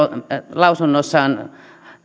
lausunnossaan